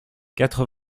quatre